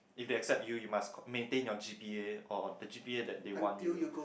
if they accept you must maintain your G_P_A or the G_P_A that they want you